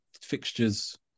fixtures